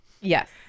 Yes